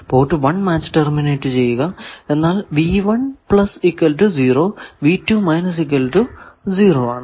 port 1 match terminate ചെയ്യുക എന്നാൽ ആണ്